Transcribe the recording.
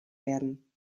werden